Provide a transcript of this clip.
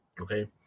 okay